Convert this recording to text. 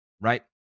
right